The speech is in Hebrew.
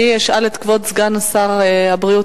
אני אשאל את כבוד סגן שר הבריאות,